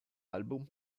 album